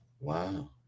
Wow